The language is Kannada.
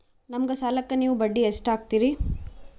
ನಮ್ಮ ಸಾಲಕ್ಕ ನೀವು ಬಡ್ಡಿ ಎಷ್ಟು ಹಾಕ್ತಿರಿ?